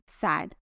sad